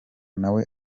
nawe